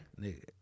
Nigga